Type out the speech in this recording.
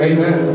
Amen